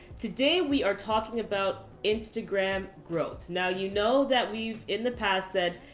today, we are talking about instagram growth. now, you know that we've in the past said,